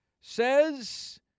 says